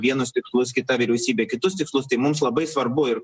vienus tikslus kita vyriausybė kitus tikslus tai mums labai svarbu ir